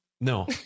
No